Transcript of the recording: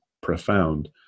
profound